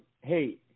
Hey